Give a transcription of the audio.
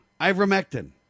ivermectin